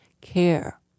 care